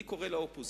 אני קורא לאופוזיציה